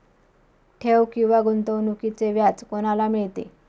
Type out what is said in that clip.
ठेव किंवा गुंतवणूकीचे व्याज कोणाला मिळते?